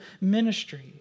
ministry